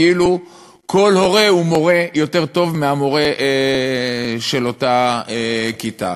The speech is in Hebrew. כאילו כל הורה הוא מורה יותר טוב מהמורה של אותה כיתה.